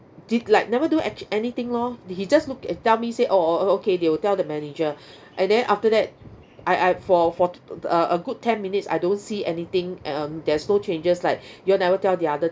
did like never do ac~ anything lor the he just look at tell me say orh orh okay they will tell the manager and then after that I I for for uh a good ten minutes I don't see anything um there's no changes like you all never tell the other